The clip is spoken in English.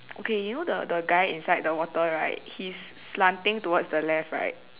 okay you know the the guy inside the water right he is slanting towards to the left right